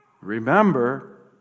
remember